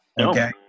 Okay